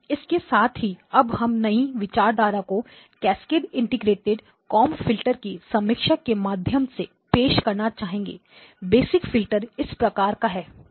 तो इसके साथ ही अब हम नई विचारधारा को कैस्केडएड इंटीग्रेटेड कोंब फिल्टर की समीक्षा के माध्यम से पेश करना चाहेंगे बेसिक फिल्टर इस प्रकार का है